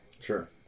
Sure